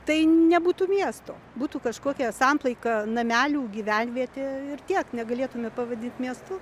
tai nebūtų miesto būtų kažkokia samplaika namelių gyvenvietė ir tiek negalėtume pavadit miestu